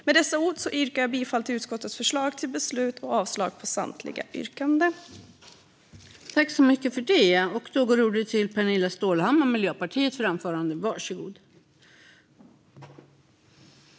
Med dessa ord yrkar jag bifall till utskottets förslag till beslut och avslag på samtliga reservationer.